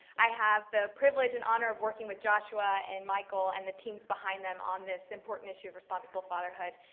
i have the privilege and honor of working with joshua and michael and the teams behind them on this important issue of responsible fatherhood.